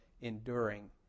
enduring